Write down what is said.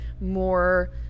more